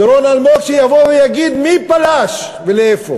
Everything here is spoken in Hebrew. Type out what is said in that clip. דורון אלמוג, שיבוא ויגיד מי פלש ולאן.